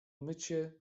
mycie